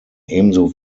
ebenso